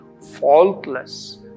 faultless